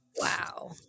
Wow